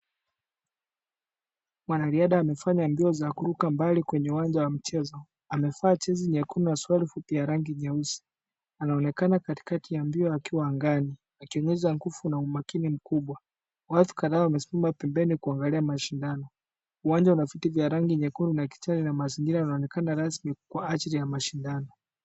Mwanariadha amefanya mbio za kuruka mbali kwenye uwanja wa mchezo. Amevaa jezi nyekundu na suruali fupi ya rangi nyeusi. Anaonekana katikati ya mbio, akiwa angani, akionyesha nguvu na umakini mkubwa. Watu kadhaa wamesimama pembeni kuangalia mashindano. Uwanja una viti vya rangi nyekundu na kijani, na mazingira yanaonekana rasmi kwaajili ya mashindano.